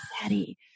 daddy